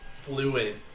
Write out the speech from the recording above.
fluid